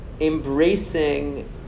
Embracing